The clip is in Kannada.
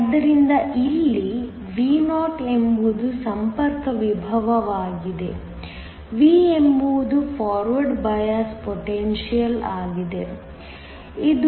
ಆದ್ದರಿಂದ ಇಲ್ಲಿ Vo ಎಂಬುದು ಸಂಪರ್ಕ ವಿಭವವಾಗಿದೆ V ಎಂಬುದು ಫಾರ್ವರ್ಡ್ ಬಯಾಸ್ ಪೊಟೆನ್ಶಿಯಲ್ ಆಗಿದೆ ಅದು 0